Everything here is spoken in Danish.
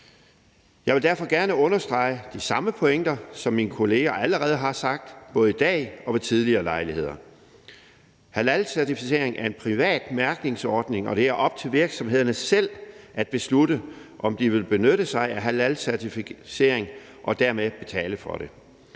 Jeg vil derfor gerne understrege de samme pointer, som mine kolleger allerede har sagt både i dag og ved tidligere lejligheder. Halalcertificering er en privat mærkningsordning, og det er op til virksomhederne selv at beslutte, om de vil benytte sig af halalcertificering og dermed betale for det.